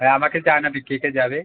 হ্যাঁ আমাকে জানাবি কে কে যাবে